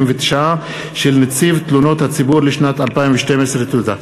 39 של נציב תלונות הציבור לשנת 2012. תודה.